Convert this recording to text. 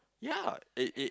ya it it